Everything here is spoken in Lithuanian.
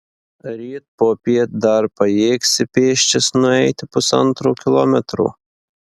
ryt popiet dar pajėgsi pėsčias nueiti pusantro kilometro